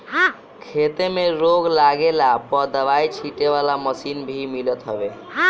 खेते में रोग लागला पअ दवाई छीटे वाला मशीन भी मिलत हवे